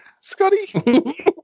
Scotty